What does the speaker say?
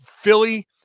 Philly